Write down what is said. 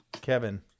Kevin